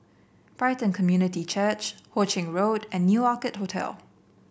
Brighton Community Church Ho Ching Road and New Orchid Hotel